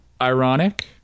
ironic